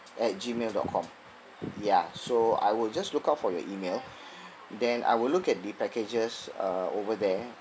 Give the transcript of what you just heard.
at gmail dot com ya so I will just look out for your email then I will look at the packages uh over there